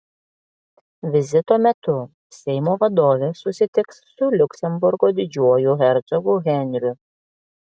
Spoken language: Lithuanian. vizito metu seimo vadovė susitiks su liuksemburgo didžiuoju hercogu henriu